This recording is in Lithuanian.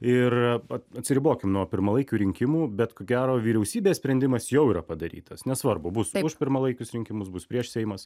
ir atsiribokim nuo pirmalaikių rinkimų bet ko gero vyriausybės sprendimas jau yra padarytas nesvarbu bus už pirmalaikius rinkimus bus prieš seimas